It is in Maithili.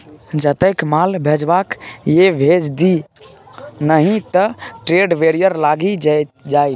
जतेक माल भेजबाक यै भेज दिअ नहि त ट्रेड बैरियर लागि जाएत